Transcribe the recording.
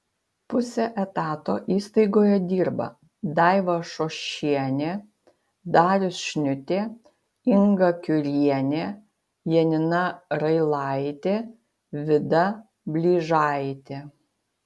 puse etato įstaigoje dirba daiva šošienė darius šniutė inga kiurienė janina railaitė vida blyžaitė